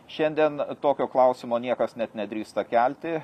šiandien tokio klausimo niekas net nedrįsta kelti